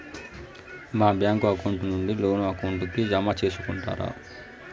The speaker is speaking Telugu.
మా బ్యాంకు అకౌంట్ నుండి లోను అకౌంట్ కి జామ సేసుకుంటారా?